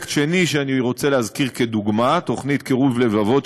פרויקט שני שאני רוצה להזכיר כדוגמה: תוכנית "קירוב לבבות",